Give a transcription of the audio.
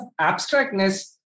abstractness